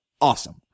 awesome